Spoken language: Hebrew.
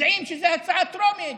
יודעים שזאת הצעה טרומית.